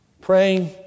praying